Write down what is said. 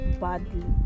badly